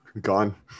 gone